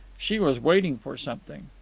she was waiting for something.